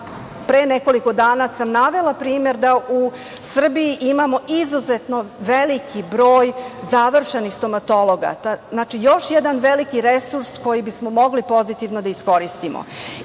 pre nekoliko dana sam navela primer da u Srbiji imamo izuzetno veliki broj završenih stomatologa, još jedan velik resurs koji bismo mogli pozitivno da iskoristimo. Isto